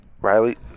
Riley